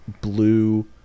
blue